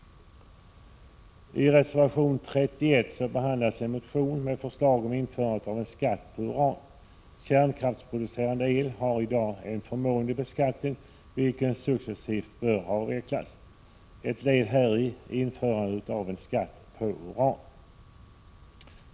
I reservation 31 behandlas en motion med förslag om införande av skatt på uran. Kärnkraftsproducerad el har i dag en förmånlig beskattning, vilken successivt bör avvecklas. Ett led i denna riktning är införandet av en skatt på uran.